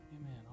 Amen